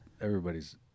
everybody's